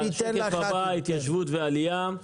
השקף הבא, התיישבות ועלייה.